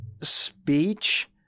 speech